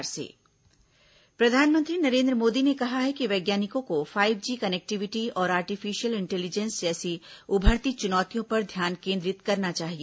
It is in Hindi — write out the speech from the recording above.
प्रधानमंत्री सीएसआईआर प्रधानमंत्री नरेन्द्र मोदी ने कहा है कि वैज्ञानिकों को फाइव जी कनेक्टिविटी और आर्टिफिशियल इंटेलिजेंस जैसी उभरती चुनौतियों पर ध्यान केन्द्रित करना चाहिए